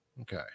okay